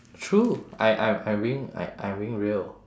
true I I I'm being I I'm being real